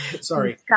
Sorry